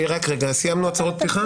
סיימנו הצהרות פתיחה.